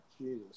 Jesus